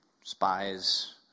spies